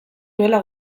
duela